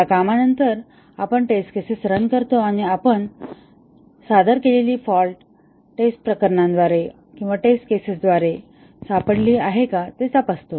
त्या कामानंतर आपण टेस्ट केसेस रन करतो आणि आपण सादर केलेली फॉल्ट टेस्ट प्रकरणांद्वारे पकडली गेली आहे का ते तपासतो